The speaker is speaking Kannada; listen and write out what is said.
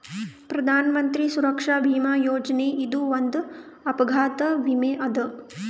ಪ್ರಧಾನ್ ಮಂತ್ರಿ ಸುರಕ್ಷಾ ಭೀಮಾ ಯೋಜನೆ ಇದು ಒಂದ್ ಅಪಘಾತ ವಿಮೆ ಅದ